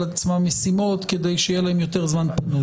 עצמם משימות כדי שיהיה להם יותר זמן פנוי.